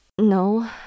No